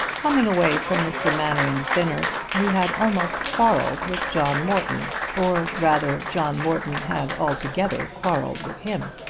coming away from mr. mainwaring's dinner he had almost quarrelled with john morton, or rather john morton had altogether quarrelled with him.